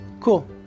cool